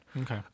Okay